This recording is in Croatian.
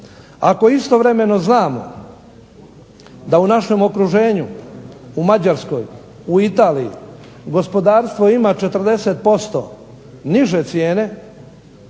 Ako istovremeno znamo da u našem okruženju u Mađarskoj, u Italiji gospodarstvo ima 40% niže cijene,